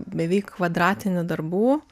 beveik kvadratinių darbų